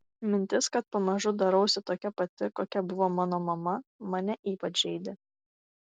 mintis kad pamažu darausi tokia pati kokia buvo mano mama mane ypač žeidė